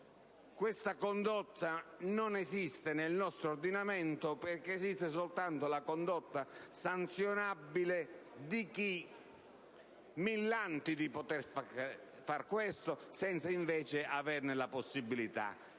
Tale condotta non esiste nel nostro ordinamento, che prevede soltanto la condotta sanzionabile di chi millanti di poter fare questo senza invece averne la possibilità.